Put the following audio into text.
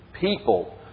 people